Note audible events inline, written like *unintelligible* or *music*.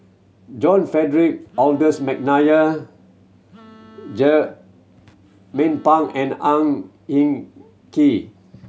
John Frederick Adolphus McNair *unintelligible* Pang and Ang Hin Kee